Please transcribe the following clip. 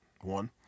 one